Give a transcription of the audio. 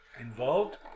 involved